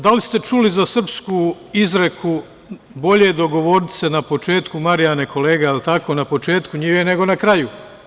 Da li ste čuli za srpsku izreku - bolje dogovoriti se na početku, Marijane, kolega, jel tako, na početku njive nego na kraju.